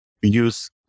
use